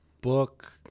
book